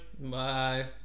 Bye